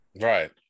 right